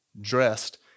dressed